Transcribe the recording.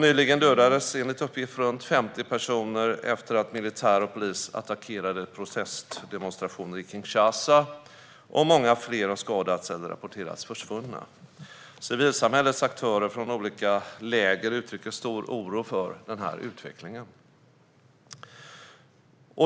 Nyligen dödades enligt uppgift runt 50 personer efter att militär och polis attackerade protestdemonstrationer i Kinshasa, och många fler har skadats eller rapporterats försvunna. Civilsamhällets aktörer från olika läger uttrycker stor oro för utvecklingen.